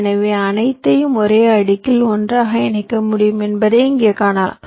எனவே அனைத்தையும் ஒரே அடுக்கில் ஒன்றாக இணைக்க முடியும் என்பதை இங்கே காணலாம்